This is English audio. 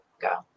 go